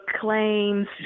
claims